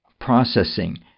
processing